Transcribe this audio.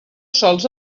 sols